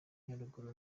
nyaruguru